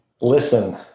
Listen